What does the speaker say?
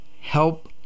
help